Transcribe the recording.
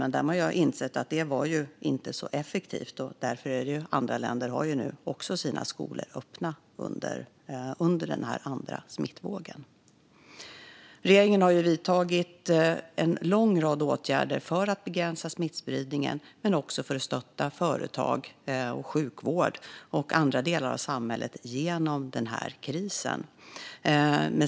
Men där har de insett att det inte var så effektivt, och därför har andra länder sina skolor öppna under den andra smittvågen. Regeringen har vidtagit en lång rad åtgärder för att begränsa smittspridningen och för att stötta företag, sjukvård och andra delar av samhället genom krisen.